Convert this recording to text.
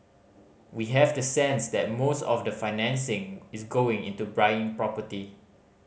we have the sense that most of the financing is going into buying property